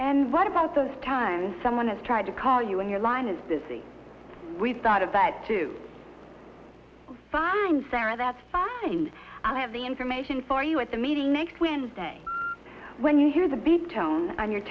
and what about those times someone has tried to call you in your line is busy with out of bed to find sarah that's fine i have the information for you at the meeting next wednesday when you hear the beat tone on your